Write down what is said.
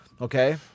okay